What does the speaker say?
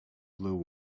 blue